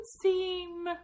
seem